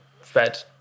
fed